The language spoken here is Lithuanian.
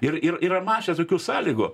ir ir yra mašė tokių sąlygų